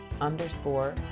underscore